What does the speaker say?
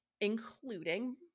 including